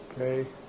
Okay